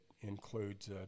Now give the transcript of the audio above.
includes